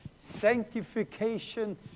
Sanctification